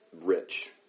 rich